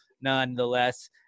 nonetheless